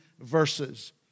verses